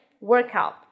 workout